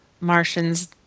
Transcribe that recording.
Martians